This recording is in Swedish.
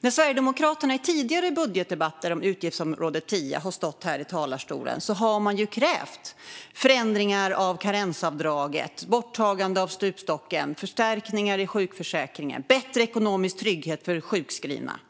När Sverigedemokraterna i tidigare budgetdebatter om utgiftsområde 10 har stått här i talarstolen har man krävt förändringar av karensavdraget, borttagande av stupstocken, förstärkningar i sjukförsäkringen och bättre ekonomisk trygghet för sjukskrivna.